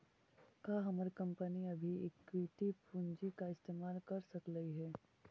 का हमर कंपनी अभी इक्विटी पूंजी का इस्तेमाल कर सकलई हे